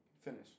finish